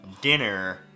dinner